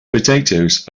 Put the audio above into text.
potatoes